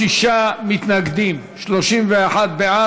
46 מתנגדים, 31 בעד.